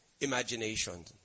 Imagination